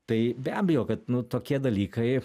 tai be abejo kad nu tokie dalykai